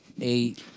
eight